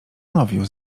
nowiu